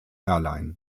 airline